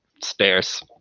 stairs